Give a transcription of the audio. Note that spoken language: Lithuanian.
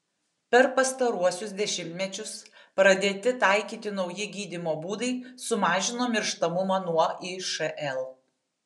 per pastaruosius dešimtmečius pradėti taikyti nauji gydymo būdai sumažino mirštamumą nuo išl